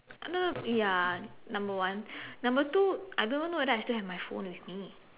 no no no ya number one number two I don't even know whether I still have my phone with me